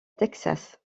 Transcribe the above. texas